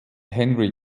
henry